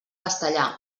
castellà